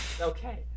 Okay